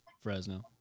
Fresno